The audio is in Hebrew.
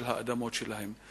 של האדמות שלהם.